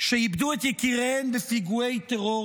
שאיבדו את יקיריהן בפיגועי טרור